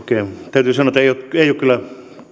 täytyy sanoa että ei ole kyllä